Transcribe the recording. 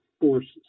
forces